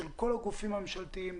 של כל הגופים הממשלתיים.